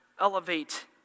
elevate